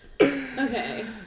Okay